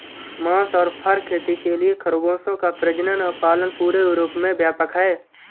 मांस और फर खेती के लिए खरगोशों का प्रजनन और पालन पूरे यूरोप में व्यापक है